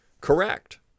correct